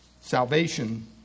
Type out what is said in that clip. Salvation